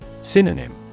Synonym